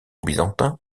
byzantin